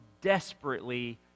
desperately